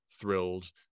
thrilled